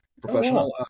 professional